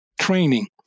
training